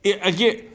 Again